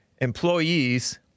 employees